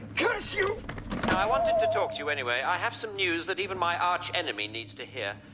curse you! and i wanted to talk to you anyway, i have some news that even my arch enemy needs to hear.